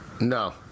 No